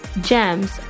GEMS